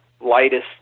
lightest